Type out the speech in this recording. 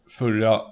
förra